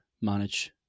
manage